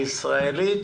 הישראלית